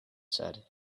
said